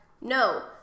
no